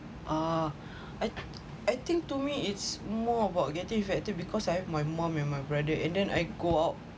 uh I I think to me it's more about getting infective because I have my mum and my brother and then I go out